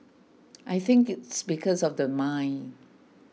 I think it's because of the mine